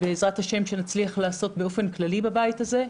בעזרת השם, שנצליח לעשות באופן כללי בבית הזה.